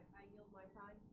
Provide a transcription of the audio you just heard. i yield my time.